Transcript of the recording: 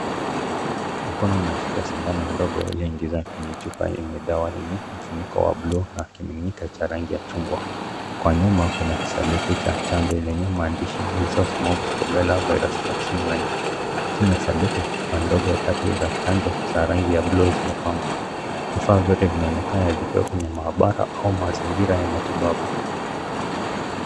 Mkono unashika sindano ndogo ulioingizwa kwenye chupa hii yenye dawa yenye mfuniko wa buluu na kiminiko cha rangi ya chungwa. Kwa nyuma kuna kisanduku cha chanjo iliyo na maandishi, measles, mumps and rubella virus vaccine live. Chini ya sanduku chupa ndogo tatu za chanjo za rangi ya buluu, zimepangwa. Vifaa vyote vinaonekana vikiwa kwenye maabara au mazingira ya matibabu.